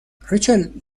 ریچل